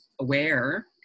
aware